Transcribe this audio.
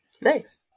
Nice